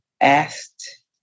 asked